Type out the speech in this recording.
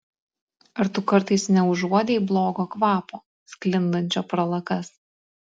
ar tu kartais neužuodei blogo kvapo sklindančio pro lakas